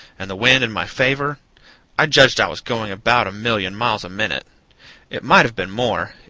and the wind in my favor i judged i was going about a million miles a minute it might have been more,